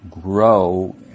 grow